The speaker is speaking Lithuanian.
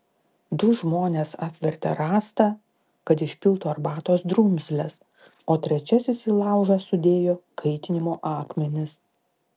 du žmonės apvertė rąstą kad išpiltų arbatos drumzles o trečiasis į laužą sudėjo kaitinimo akmenis